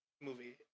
movie